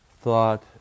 thought